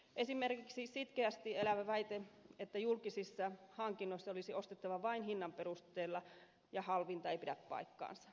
esimerkiksi sitkeästi elävä väite että julkisissa hankinnoissa olisi ostettava vain hinnan perusteella ja halvinta ei pidä paikkaansa